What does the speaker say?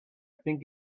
think